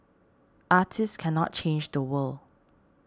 artists cannot change the world